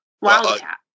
Wildcat